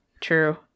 true